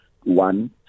one